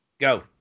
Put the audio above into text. go